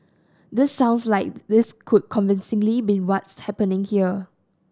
this sounds like this could convincingly be what's happening here